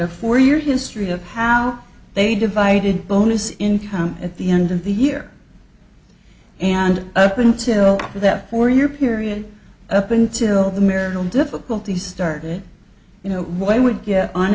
a four year history of how they divided bonus income at the end of the year and up until that four year period up until the marital difficulties started you know what i would get on